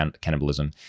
cannibalism